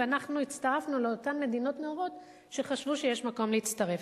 ואנחנו הצטרפנו לאותן מדינות נאורות שחשבו שיש מקום להצטרף.